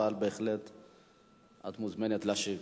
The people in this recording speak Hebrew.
אבל בהחלט את מוזמנת להשיב.